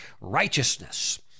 Righteousness